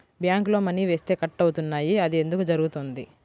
బ్యాంక్లో మని వేస్తే కట్ అవుతున్నాయి అది ఎందుకు జరుగుతోంది?